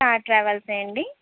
car travels ఏ అండి